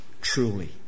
truly